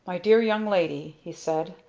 my dear young lady, he said,